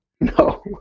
no